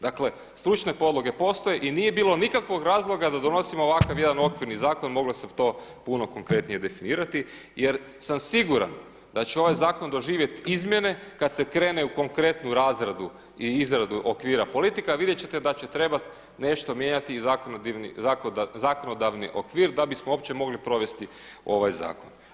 Dakle, stručne podloge postoje i nije bilo nikakvog razloga da donosimo ovakav jedan okvirni zakon, moglo se to puno konkretnije definirati jer sam siguran da će ovaj zakon doživjeti izmjene kad se krene u konkretnu razradu i izradu okvira politika a vidjet ćete da će trebati nešto mijenjati i zakonodavni okvir da bi smo opće mogli provesti ovaj zakon.